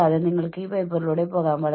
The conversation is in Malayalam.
ഫ്ലെക്സി സമയങ്ങളും ടെലികമ്മ്യൂട്ടിംഗും